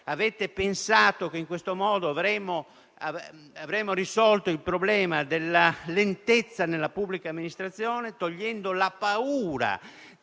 Avete pensato che in questo modo avremmo risolto il problema della lentezza nella pubblica amministrazione, togliendo la paura